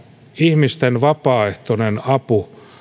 ihmisten vapaaehtoinen apu